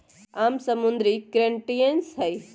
आम समुद्री क्रस्टेशियंस हई